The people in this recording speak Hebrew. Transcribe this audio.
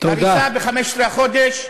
הריסה ב-15 בחודש.